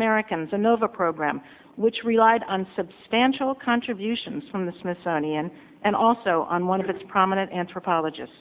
americans and nova program which relied on substantial contributions from the smithsonian and also on one of its prominent anthropologists